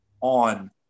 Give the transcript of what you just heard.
on